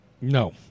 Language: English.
No